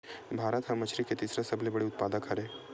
भारत हा मछरी के तीसरा सबले बड़े उत्पादक हरे